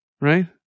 right